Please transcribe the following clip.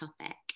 topic